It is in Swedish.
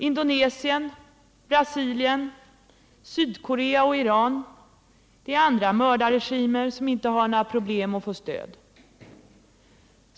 Indonesien, Brasilien, Sydkorea och Iran är andra mördarregimer som inte har några problem att få stöd.